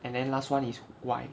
and then last one is Y